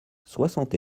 soixante